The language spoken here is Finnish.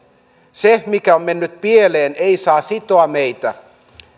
se mikä on mennyt pieleen ei saa sitoa meitä